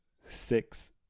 six